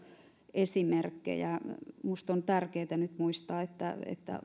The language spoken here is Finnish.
esimerkkejä minusta on tärkeätä nyt muistaa että